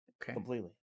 completely